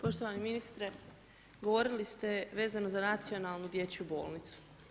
Poštovani ministre, govorili ste vezano za nacionalnu dječju bolnicu.